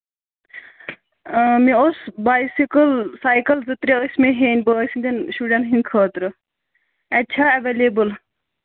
مےٚ اوس bicycle bicycle cycle زٕ ترٛےٚ ٲسۍ مےٚ ہیٚنۍ بٲے سٕنٛدٮ۪ن شُرٮ۪ن ہِنٛدۍ خٲطرٕ اَتہِ چھا اٮ۪ویلیبٕل